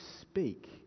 speak